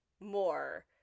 more